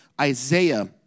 Isaiah